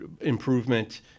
improvement